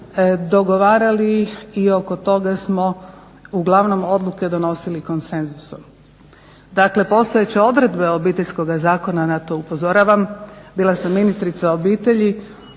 dogovarali i oko toga smo uglavnom odluke donosili konsenzusom. Dakle postojeće odredbe Obiteljskog zakona na to upozoravam, bila sam ministrica obitelji